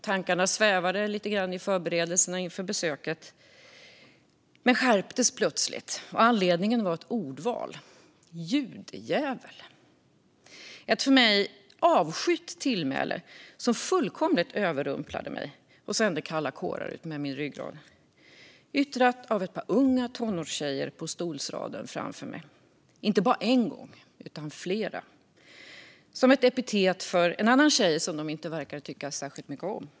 Tankarna svävade kring förberedelser inför besöket men skärptes plötsligt. Anledningen var ett ordval. "Judejävel", ett av mig avskytt tillmäle som fullkomligt överrumplade mig och sände kalla kårar utmed ryggraden. Yttrat av ett par unga tonårstjejer på stolsraden framför mig, inte bara en gång utan flera, som ett epitet på en annan tjej som de inte verkade tycka särskilt mycket om.